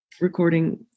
recording